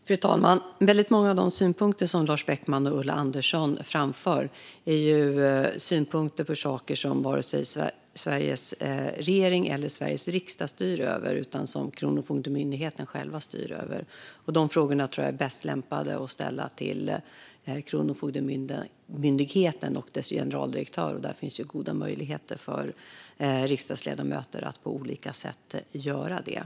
Fru talman! Många av de synpunkter som Lars Beckman och Ulla Andersson framför är synpunkter på saker som varken Sveriges regering eller Sveriges riksdag styr över. Det är sådant som Kronofogdemyndigheten själv styr över. Dessa frågor tror jag är bäst lämpade att ställa till Kronofogdemyndigheten och dess generaldirektör. Det finns goda möjligheter för riksdagsledamöter att på olika sätt göra detta.